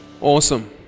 Awesome